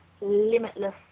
limitless